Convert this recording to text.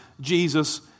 Jesus